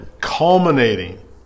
Culminating